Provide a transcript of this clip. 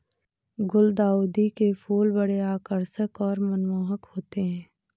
गुलदाउदी के फूल बड़े आकर्षक और मनमोहक होते हैं